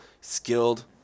skilled